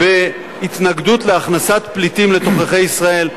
תומך בהתנגדות להכנסת פליטים לתוככי ישראל.